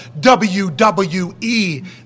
WWE